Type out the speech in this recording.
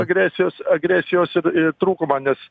agresijos agresijos ir i trūkumą nes